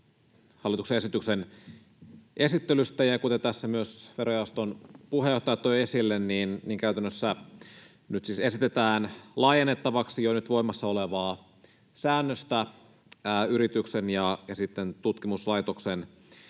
hallituksen esityksen esittelystä, ja kuten tässä myös verojaoston puheenjohtaja toi esille, niin käytännössä nyt siis esitetään laajennettavaksi jo voimassa olevaa säännöstä yrityksen tutkimuslaitokselle